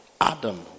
Adam